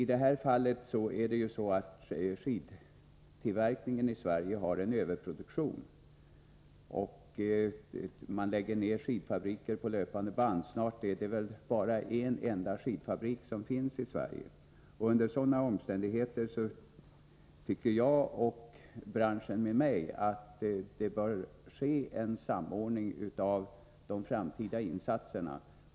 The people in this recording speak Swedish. I det här fallet gäller det skidtillverkningen i Sverige, som har en överproduktion. Man lägger ned skidfabriker på löpande band, och snart har vi kanske bara en enda skidfabrik i landet. Under sådana omständigheter tycker jag och branschen med mig att det bör ske en samordning av de framtida insatserna.